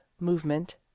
movement